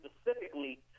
specifically